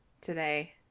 today